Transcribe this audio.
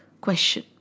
question